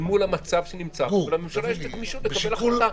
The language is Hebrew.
אל מול המצב ולממשלה יש את הגמישות לקבל החלטה.